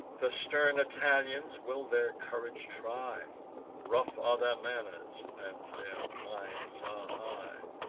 the stern italians will their courage try rough are their manners, and their minds are high.